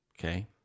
Okay